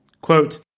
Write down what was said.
Quote